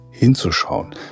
hinzuschauen